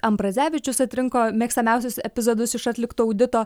ambrazevičius atrinko mėgstamiausius epizodus iš atlikto audito